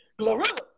Glorilla